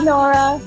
Nora